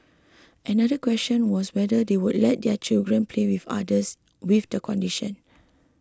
another question was whether they would let their children play with others with the condition